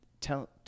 Tell